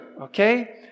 okay